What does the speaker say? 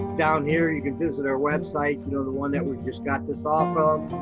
down here you can visit our website, you know the one that we just got this off of.